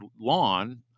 lawn